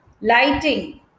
lighting